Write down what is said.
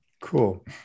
cool